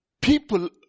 people